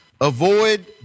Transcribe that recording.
avoid